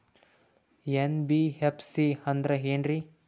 NBFC ಅಂದ್ರ ಏನ್ರೀ?